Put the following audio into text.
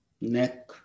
neck